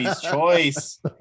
choice